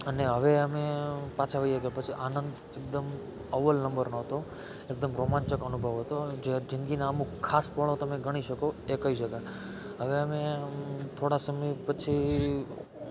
અને અવે અમે પાછા વહ્યા ગયા પછી આનંદ એકદમ અવ્વલ નંબરનો હતો એકદમ રોમાંચક અનુભવ હતો જે જિંદગીના અમુક ખાસ પળો તમે ગણી શકો એ કય શકાય હવે અમે થોડા સમય પછી